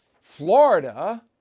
Florida